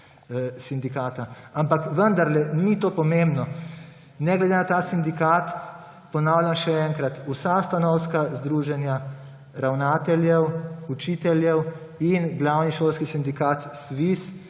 sindikata. Ampak vendarle to ni pomembno. Ne glede na ta sindikat, ponavljam še enkrat, so vsa stanovska združenja ravnateljev, učiteljev in glavni šolski sindikat SVIZ